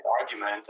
argument